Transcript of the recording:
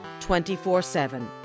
24-7